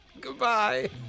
Goodbye